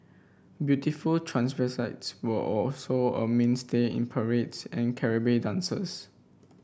beautiful were also a mainstay in parades and dances